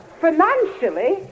financially